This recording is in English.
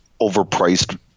overpriced